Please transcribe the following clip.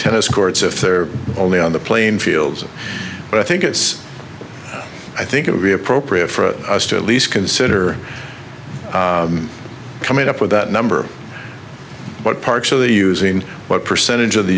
ennis courts if they're only on the playing fields but i think it's i think it would be appropriate for us to at least consider coming up with that number but partially using what percentage of the